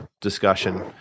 discussion